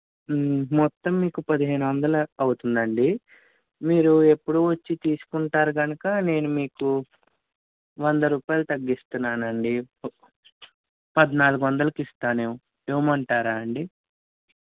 మొత్తం మీకు పదిహేను వందలు అవుతుందండి మీరు ఎప్పుడూ వచ్చి తీసుకుంటారు కనుక నేను మీకు వంద రూపాయలు తగ్గిస్తున్నానండి పద్నాలుగు వందలకి ఇస్తాను ఇవ్వమంటారా అండి